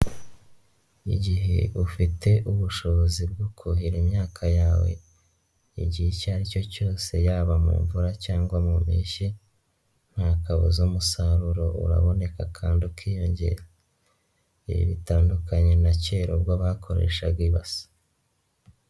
Igihe ufite ubushobozi bwo kuhira imyaka yawe. Igihe icyo aricyo cyose yaba mu mvura cyangwa mu mpeshyi. Ntakabuza umusaruro uraboneka kandi ukiyongera. Bitandukanye na kera ubwo bakoreshaga ibase.